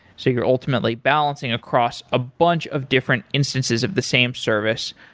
so you're ultimately balancing across a bunch of different instances of the same service,